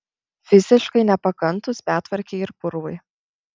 fiziškai nepakantūs betvarkei ir purvui